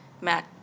Matt